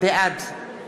בעד